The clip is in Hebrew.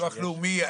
ביטוח לאומי,